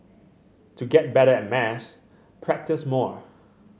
to get better at maths practise more